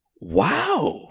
wow